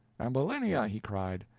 ambulinia! he cried,